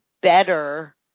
better